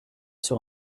sur